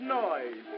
noise